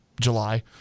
July